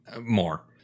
More